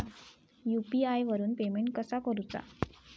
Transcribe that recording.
UPI वरून payment कसा करूचा?